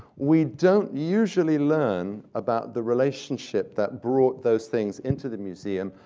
we don't usually learn about the relationship that brought those things into the museum,